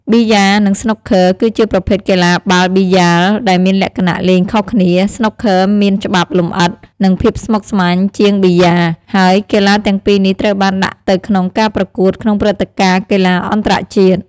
ប៊ីយ៉ា និងស្នូកឃឺគឺជាប្រភេទកីឡាបាល់ប៊ីយ៉ាលដែលមានលក្ខណៈលេងខុសគ្នា ស្នូកឃឺមានច្បាប់លម្អិត និងភាពស្មុគស្មាញជាងប៊ីយ៉ា ហើយកីឡាទាំងពីរនេះត្រូវបានដាក់ទៅក្នុងការប្រកួតក្នុងព្រឹត្តិការណ៍កីឡាអន្តរជាតិ។